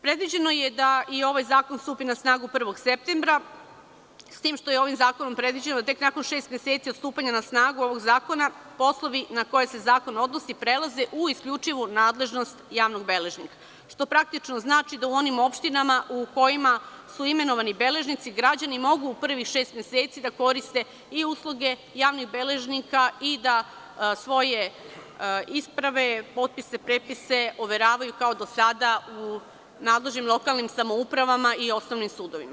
Predviđeno je da i ovaj zakon stupi na snagu 1. septembra, s tim što je ovim zakonom predviđeno da tek nakon šest meseci od stupanja na snagu ovog zakona poslovi na koje se zakon odnosi prelaze u isključivu nadležnost javnog beležnika, što praktično znači da u onim opštinama u kojima su imenovani beležnici građani mogu u prvih šest meseci da koriste i usluge javnih beležnika i da svoje isprave, potpise, prepise, overavaju kao i do sada, u nadležnim lokalnim samoupravama i osnovnim sudovima.